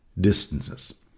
distances